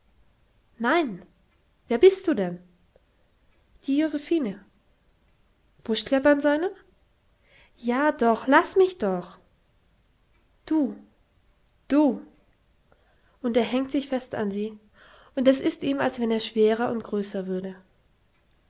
nein wer bist du denn die josephine buschkleppern seine ja doch laß mich doch du du und er hängt sich fest an sie und es ist ihm als wenn er schwerer und größer würde